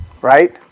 right